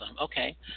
Okay